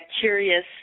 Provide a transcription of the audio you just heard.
curious